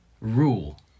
rule